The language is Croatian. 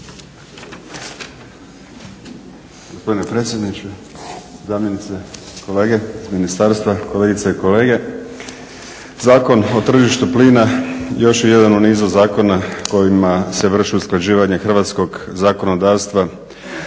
predsjedniče, zamjenice, kolege iz ministarstva, kolegice i kolege. Zakon o tržištu plina još je jedan u nizu zakona kojima se vrši usklađivanje hrvatskog zakonodavstva